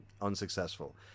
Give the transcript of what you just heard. unsuccessful